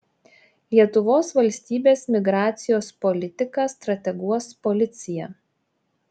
lietuvos valstybės migracijos politiką strateguos policija